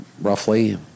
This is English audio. roughly